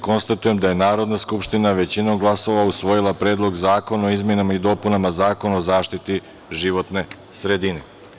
Konstatujem da je Narodna skupština većinom glasova usvojila Predlog zakona o izmenama i dopunama Zakona o zaštiti životne sredine.